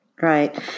Right